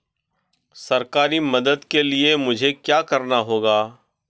सरकारी मदद के लिए मुझे क्या करना होगा?